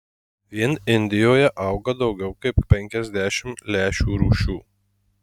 vien indijoje auga daugiau kaip penkiasdešimt lęšių rūšių